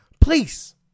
Please